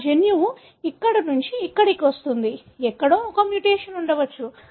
నా జన్యువు ఇక్కడ నుండి ఇక్కడికి వస్తుంది ఎక్కడో ఒక మ్యుటేషన్ ఉండవచ్చు